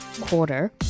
quarter